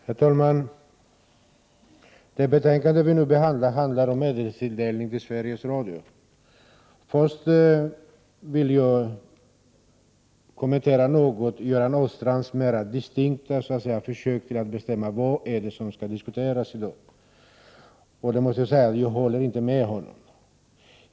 Herr talman! Det betänkande vi nu behandlar gäller medelstilldelning till Sveriges Radio. Först vill jag något kommentera Göran Åstrands mera distinkta försök att bestämma vad det är som skall diskuteras i dag. Jag måste säga att jag inte håller med honom.